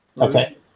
Okay